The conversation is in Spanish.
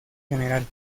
general